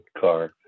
car